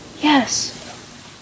yes